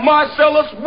Marcellus